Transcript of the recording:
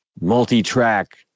multi-track